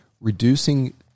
Reducing